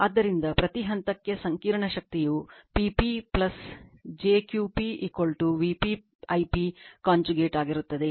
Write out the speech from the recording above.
ಆದ್ದರಿಂದ ಪ್ರತಿ ಹಂತಕ್ಕೆ ಸಂಕೀರ್ಣ ಶಕ್ತಿಯು P p jQ p Vp I p conjugate ಆಗಿರುತ್ತದೆ